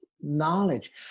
knowledge